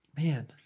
Man